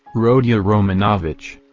rodya romanovitch.